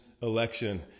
election